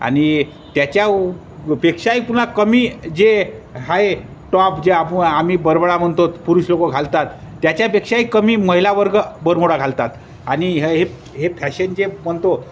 आणि त्याच्यापेक्षाही पुन्हा कमी जे आहे टॉप जे आप आम्ही बरमुडा म्हणतो पुरुष लोक घालतात त्याच्यापेक्षाही कमी महिला वर्ग बरमुडा घालतात आणि हे हे हे फॅशन जे म्हणतो